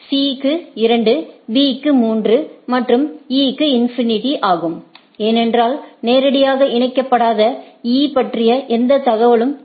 C க்கு 2 B க்கு 3 மற்றும் E க்கு இன்ஃபினிடி ஆகும் ஏனென்றால் நேரடியாக இணைக்கப்படாத E பற்றிய எந்த தகவலும் இல்லை